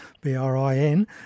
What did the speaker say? B-R-I-N